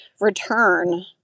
return